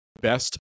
best